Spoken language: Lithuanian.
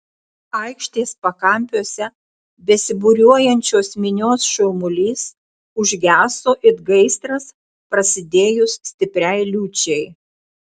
aikštės pakampiuose besibūriuojančios minios šurmulys užgeso it gaisras prasidėjus stipriai liūčiai